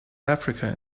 africa